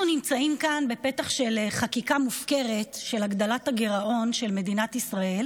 אנחנו נמצאים כאן בפתח של חקיקה מופקרת להגדלת הגירעון של מדינת ישראל